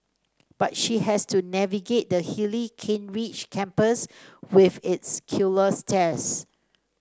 but she had to navigate the hilly Kent Ridge campus with its killer stairs